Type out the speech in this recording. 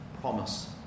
promise